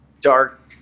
dark